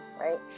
right